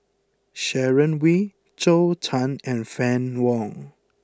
Sharon Wee Zhou Can and Fann Wong